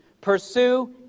Pursue